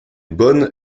bonnes